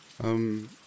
Um